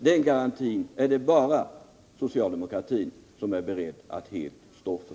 — Den garantin är det bara socialdemokratin som är beredd att helt stå för.